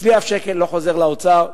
אצלי אף שקל לא חוזר לאוצר.